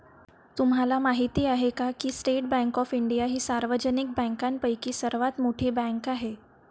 तुम्हाला माहिती आहे का की स्टेट बँक ऑफ इंडिया ही सार्वजनिक बँकांपैकी सर्वात मोठी बँक आहे